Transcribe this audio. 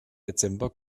dezember